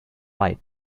right